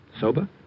Soba